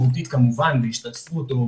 אני מתכבדת לפתוח את ישיבת הוועדה המיוחדת